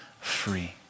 free